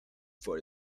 for